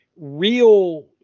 real